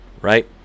right